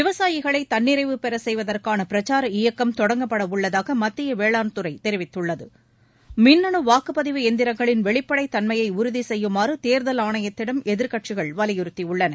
விவசாயிகளை தன்னிறைவு பெறச் செய்வதற்கான பிரச்சார இயக்கம் தொடங்கப்படவுள்ளதாக மத்திய வேளாண்துறை தெரிவித்துள்ளது மின்னணு வாக்குப்பதிவு எந்திரங்களின் வெளிப்படைத் தன்மையை உறுதி செய்யுமாறு ந் தேர்தல் ஆணையத்திடம் எதிர்க்கட்சிகள் வலியுறுத்தியுள்ளன